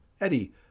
Eddie